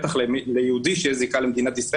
בטח ליהודי שיש לו זיקה לישראל,